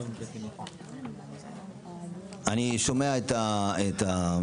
אני שומע את,